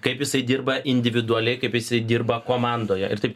kaip jisai dirba individualiai kaip jisai dirba komandoje ir taip